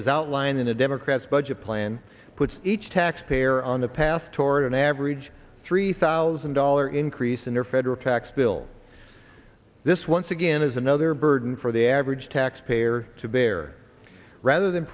as outlined in the democrats budget plan puts each taxpayer on the path toward an average three thousand dollar increase in their federal tax bill this once again is another burden for the average taxpayer to bear rather than